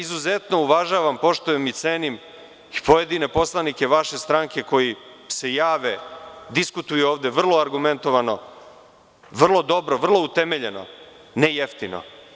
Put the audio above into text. Izuzetno uvažavam, poštujem i cenim pojedine poslanike vaše stranke koji se jave i diskutuju ovde vrlo argumentovano, vrlo dobro, vrlo utemeljeno, ne jeftino.